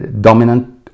dominant